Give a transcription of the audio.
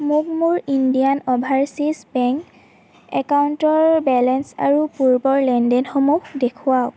মোক মোৰ Indian Overseas Bank একাউণ্টৰ বেলেঞ্চ আৰু পূৰ্বৰ লেনদেনসমূহ দেখুৱাওক